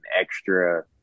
extra